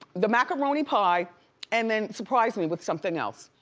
the macaroni pie and then surprise me with something else.